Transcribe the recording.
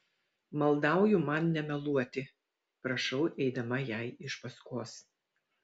maldauju man nemeluoti prašau eidama jai iš paskos